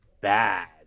bad